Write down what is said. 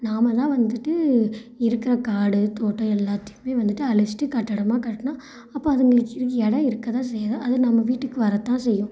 நாம் தான் வந்துவிட்டு இருக்கிற காடு தோட்டம் எல்லாத்தையுமே வந்துவிட்டு அழிச்சுட்டு கட்டிடமா கட்டினா அப்போ அதுங்களுக்கு இடம் இருக்கதான் செய்யாது அது நம்ம வீட்டுக்கு வர்றத்தான் செய்யும்